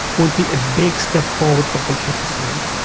would be a big step forward for computer science.